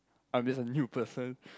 I'm just a new person